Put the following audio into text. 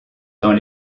dans